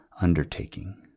undertaking